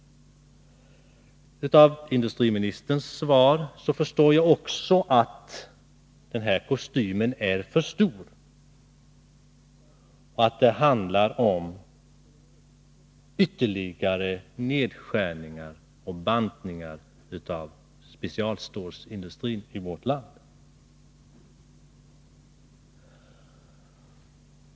Av industriministerns svar att döma är kostymen förstor. Det handlar om ytterligare nedskärningar och bantningar i fråga om specialstålsindustrin i vårt land.